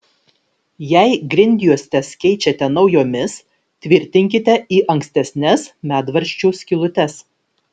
jei grindjuostes keičiate naujomis tvirtinkite į ankstesnes medvaržčių skylutes